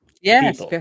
Yes